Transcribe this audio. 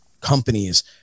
companies